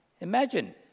Imagine